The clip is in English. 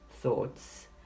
thoughts